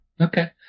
Okay